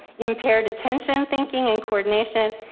impaired attention thinking and coordination,